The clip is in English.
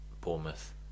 Bournemouth